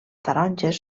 taronges